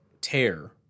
tear